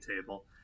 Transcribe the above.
table